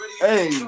Hey